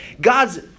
God's